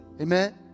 Amen